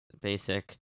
basic